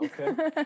Okay